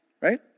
Right